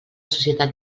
societat